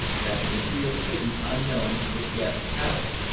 that mystery of hidden, unknown but guessed, power.